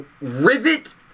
rivet